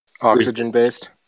Oxygen-based